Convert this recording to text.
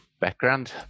background